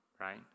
right